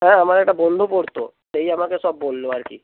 হ্যাঁ আমার একটা বন্ধু পড়ত সেই আমাকে সব বললো আর কি